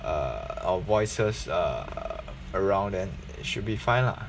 err our voices uh around then it should be fine lah